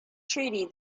treaty